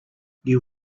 you